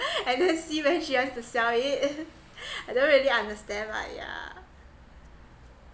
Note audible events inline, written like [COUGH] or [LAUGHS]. [LAUGHS] I don't see when she asks to sell I don't really understand lah yeah